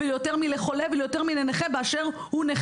מחולה או מנכה באשר הם.